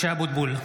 משה אבוטבול,